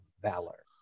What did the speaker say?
valor